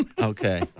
Okay